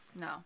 no